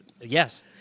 yes